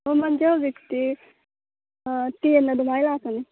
ꯃꯃꯟꯗꯤ ꯍꯧꯖꯤꯛꯇꯤ ꯇꯦꯟ ꯑꯗꯨꯃꯥꯏ ꯂꯥꯛꯀꯅꯤ